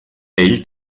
ell